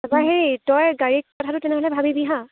তাৰপৰা সেই তই গাড়ীৰ কথাটো তেনেহ'লে ভাবিবি হা